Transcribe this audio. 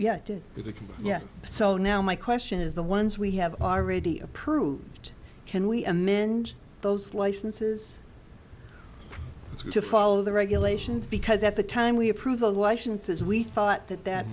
it yeah so now my quit it is the ones we have already approved can we amend those licenses to follow the regulations because at the time we approve the licenses we thought that that